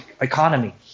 economy –